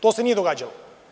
To se nije događalo.